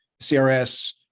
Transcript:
CRS